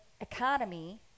economy